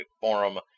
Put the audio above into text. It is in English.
forum